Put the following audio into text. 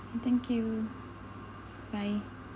thank you bye